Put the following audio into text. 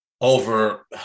Over